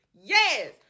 Yes